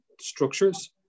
structures